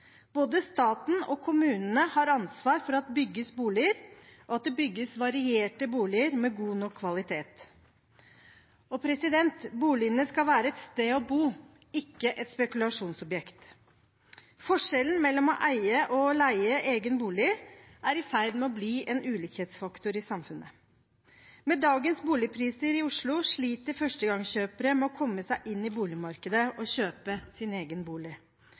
Både staten og kommunene har ansvar for at det bygges boliger, og at det bygges varierte boliger med god nok kvalitet. Og boligene skal være et sted å bo, ikke et spekulasjonsobjekt. Forskjellen mellom å eie og å leie egen bolig er i ferd med å bli en ulikhetsfaktor i samfunnet. Med dagens boligpriser i Oslo sliter førstegangskjøpere med å komme seg inn i boligmarkedet og kjøpe sin egen bolig.